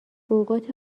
اوقات